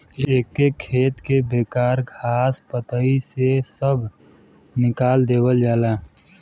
एके खेत के बेकार घास पतई से सभ निकाल देवल जाला